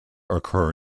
occur